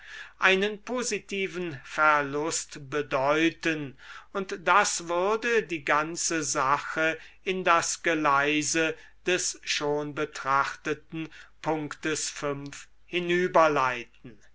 einen positiven verlust bedeuten und das würde die ganze sache in das geleise des schon betrachteten punktes